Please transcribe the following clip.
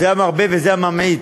זה המרבה וזה הממעיט,